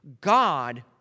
God